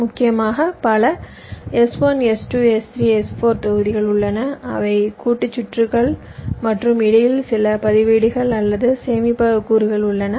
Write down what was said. முக்கியமாக பல S1 S2 S3 S4 தொகுதிகள் உள்ளன அவை கூட்டு சுற்றுகள் மற்றும் இடையில் சில பதிவேடுகள் அல்லது சேமிப்பக கூறுகள் உள்ளன